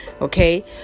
okay